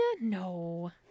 No